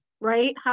right